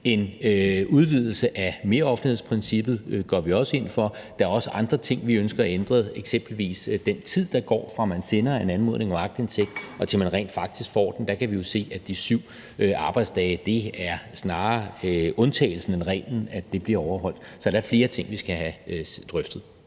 En udvidelse af meroffentlighedsprincippet går vi også ind for, og der er også andre ting, vi ønsker ændret, eksempelvis den tid, der går, fra man sender en anmodning om aktindsigt, og til at man rent faktisk får den. Vi kan jo se, at i forhold til de syv arbejdsdage er det snarere undtagelsen end reglen, at det bliver overholdt. Så der er flere ting, vi skal have drøftet.